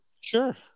Sure